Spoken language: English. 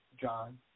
John